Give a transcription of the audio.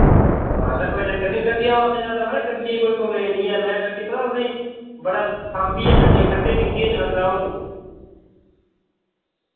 हां ते कोई चक्कर नि गड्डी आऊं आस्ता चलांदा माराज गड्डिये कोई कम्प्लेन नि ऐ में गड्डी पता तुसेंई बड़ा सांभियै गड्डी खड्डे दिक्खियै चलांदा अऊं